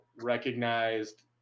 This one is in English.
recognized